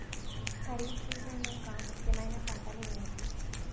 Kharif season యెక్క ముఖ్యమైన పంటలు ఏమిటీ?